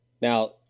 Now